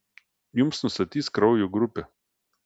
jums nustatys kraujo grupę